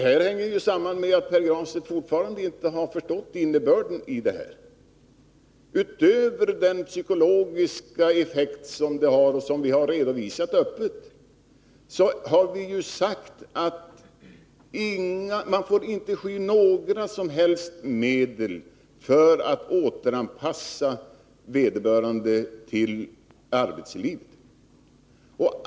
Herr talman! Pär Granstedt har fortfarande inte förstått innebörden av detta. Utöver den psykologiska effekt som förslaget har och som vi redovisat öppet, har vi sagt att man inte får sky några som helst medel för att återanpassa vederbörande till arbetslivet.